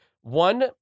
one